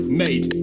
made